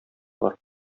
бар